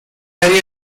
área